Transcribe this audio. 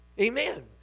Amen